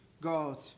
God